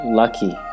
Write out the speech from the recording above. lucky